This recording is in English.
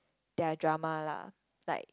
their drama lah like